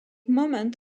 moment